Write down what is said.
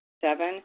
Seven